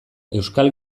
euskal